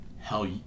Hell